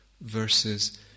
versus